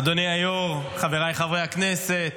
אדוני היושב-ראש, חבריי חברי הכנסת,